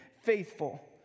faithful